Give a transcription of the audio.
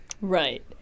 Right